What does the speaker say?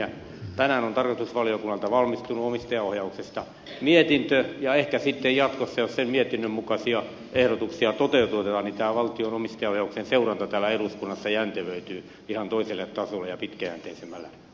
tänään on tarkastusvaliokunnalta valmistunut omistajaohjauksesta mietintö ja ehkä sitten jatkossa jos sen mietinnön mukaisia ehdotuksia toteutetaan tämä valtion omistajaohjauksen seuranta täällä eduskunnassa jäntevöityy ihan toiselle tasolle ja pitkäjänteisemmälle muodolle